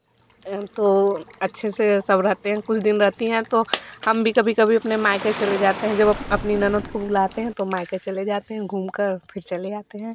हम तो अच्छे से सब रहते हैं कुछ दिन रहती है तो हम भी कभी कभी अपने मायके चले जाते हैं जब अपनी ननद को बुलाते हैं तो मायके चले जाते घूम कर फिर चले आते हैं